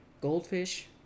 goldfish